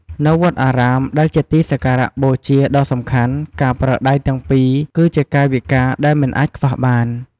នៅវត្តអារាម ដែលជាទីសក្ការបូជាដ៏សំខាន់ ការប្រើដៃទាំងពីរ គឺជាកាយវិការដែលមិនអាចខ្វះបាន។